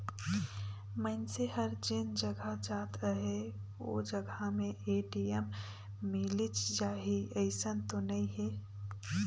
मइनसे हर जेन जघा जात अहे ओ जघा में ए.टी.एम मिलिच जाही अइसन तो नइ हे